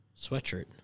sweatshirt